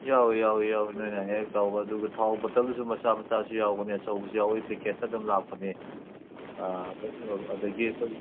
ꯌꯥꯎꯋꯦ ꯌꯥꯎꯋꯦ ꯌꯥꯎꯋꯦ ꯅꯣꯏꯅ ꯍꯦꯛ ꯇꯧꯕ ꯑꯗꯨꯒ ꯊꯥꯎ ꯕꯣꯇꯜꯗꯨꯁꯨ ꯃꯆꯥ ꯃꯆꯥꯁꯨ ꯌꯥꯎꯕꯅꯦ ꯑꯆꯧꯕꯁꯨ ꯌꯥꯎꯋꯦ ꯄꯦꯀꯦꯠꯇ ꯑꯗꯨꯝ ꯂꯥꯛꯄꯅꯦ ꯑꯗꯒꯤ ꯑꯩꯈꯣꯏ